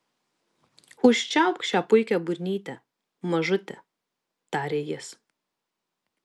užčiaupk šią puikią burnytę mažute tarė jis